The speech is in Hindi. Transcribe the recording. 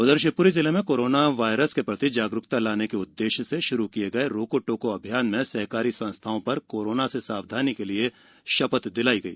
उधर शिवपुरी जिले में कोरोनावायरस के प्रति जागरूकता लाने के उद्देश्य से शुरू किए गए रोको टोको अभियान में सहकारी संस्थाओं पर कोरोना से सावधानी के लिए शपथ दिलाई गई